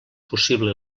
possible